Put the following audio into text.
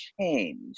change